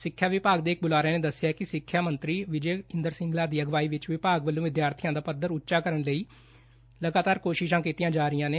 ਸਿੱਖਿਆ ਵਿਭਾਗ ਦੇ ਇੱਕ ਬੁਲਾਰੇ ਨੇ ਦੱਸਿਆ ਕਿ ਸਿੱਖਿਅ ਮੰਤਰੀ ਵਿਜੈ ਇੰਦਰ ਸਿੰਗਲਾ ਦੀ ਅਗਵਾਈ ਵਿੱਚ ਵਿਭਾਗ ਵਲੋਂ ਵਿਦਿਆਰਬੀਆਂ ਦਾ ਪੱਧਰ ਉੱਚਾ ਚੁੱਕਣ ਲਈ ਲਗਾਤਾਰ ਕੋਸ਼ਿਸ਼ਾਂ ਕੀਤੀਆਂ ਜਾ ਰਹੀਆਂ ਨੇ